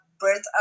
birth